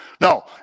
No